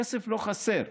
כסף לא חסר,